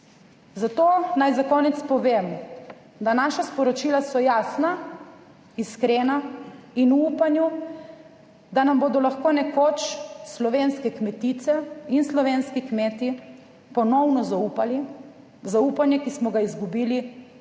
Zato naj za konec povem, da naša sporočila so jasna, iskrena in v upanju, da nam bodo lahko nekoč slovenske kmetice in slovenski kmeti ponovno zaupali zaupanje, ki smo ga izgubili,